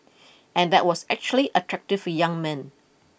and that was actually attractive young men